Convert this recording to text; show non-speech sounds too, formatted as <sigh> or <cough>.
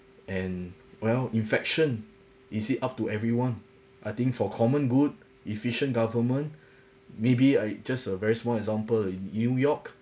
and well infection is it up to everyone I think for common good efficient government <breath> maybe I just a very small example in new york